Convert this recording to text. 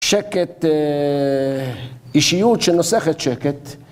שקט, אישיות שנוסכת שקט.